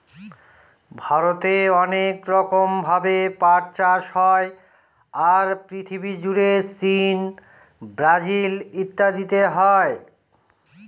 ভারতে অনেক রকম ভাবে পাট চাষ হয়, আর পৃথিবী জুড়ে চীন, ব্রাজিল ইত্যাদিতে হয়